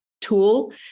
tool